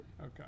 Okay